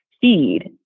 feed